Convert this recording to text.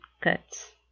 cuts